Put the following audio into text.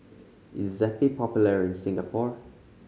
is Zappy popular in Singapore